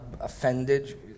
offended